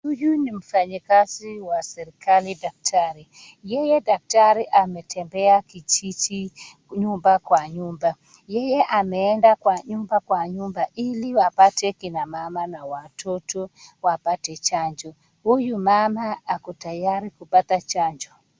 Huyu ni mfanyikazi wa serikali, daktari. Yeye daktari ametembea kwa kijiji nyumba kwa nyumba ili awapate kina mama na watoto wapate chanjo. Huyu mama ako tayari kupata chanjo.